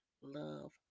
Love